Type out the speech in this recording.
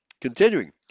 Continuing